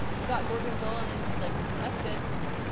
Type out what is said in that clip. he thought gorgonzola. and i'm just like, that's good. no,